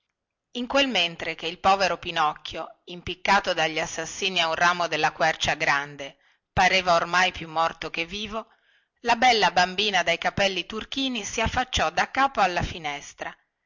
in quel mentre che il povero pinocchio impiccato dagli assassini a un ramo della quercia grande pareva oramai più morto che vivo la bella bambina dai capelli turchini si affacciò daccapo alla finestra